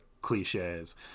cliches